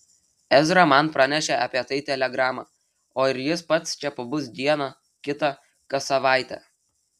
ezra man pranešė apie tai telegrama o ir jis pats čia pabus dieną kitą kas savaitę